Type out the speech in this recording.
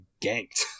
ganked